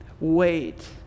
Wait